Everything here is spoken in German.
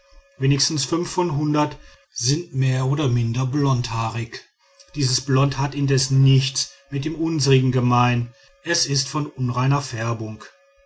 wenigstens fünf vom hundert sind mehr oder minder blondhaarig dieses blond hat indes nichts mit dem unsrigen gemein es ist von unreiner färbung